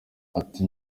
ati